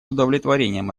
удовлетворением